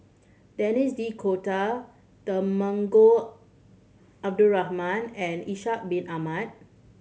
Denis D'Cotta Temenggong Abdul Rahman and Ishak Bin Ahmad